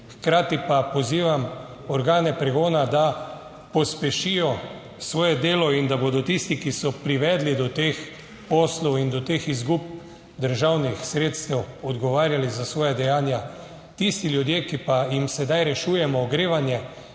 Hkrati pa pozivam organe pregona, da pospešijo svoje delo, in da bodo tisti, ki so privedli do teh poslov in do teh izgub državnih sredstev odgovarjali za svoja dejanja. Tisti ljudje, ki pa jim sedaj rešujemo ogrevanje,